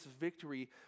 victory